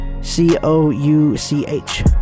C-O-U-C-H